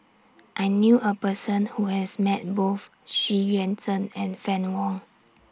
I knew A Person Who has Met Both Xu Yuan Zhen and Fann Wong